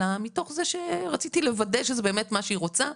אלא מתוך זה שרציתי לוודא שזה באמת מה שהיא רוצה,